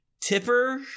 Tipper